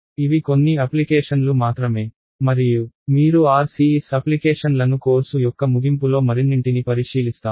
ఇవి కొన్ని అప్లికేషన్లు మాత్రమే మరియు మీరు RCS అప్లికేషన్లను కోర్సు యొక్క ముగింపులో మరిన్నింటిని పరిశీలిస్తాము